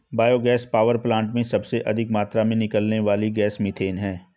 bio gas power plant में सबसे अधिक मात्रा में निकलने वाली गैस मिथेन है